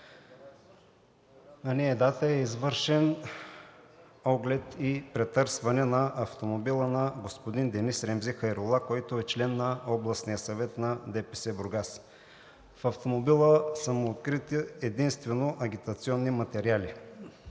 На тази дата е извършен оглед и претърсване на автомобила на господин Дениз Ремзи Хайрула, който е член на Областния съвет на ДПС в Бургас. В автомобила му са открити единствено агитационни материали,